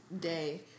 day